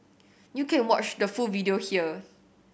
you can watch the full video here